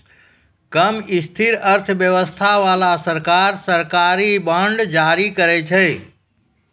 कम स्थिर अर्थव्यवस्था बाला सरकार, सरकारी बांड जारी करै छै